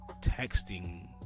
texting